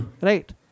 Right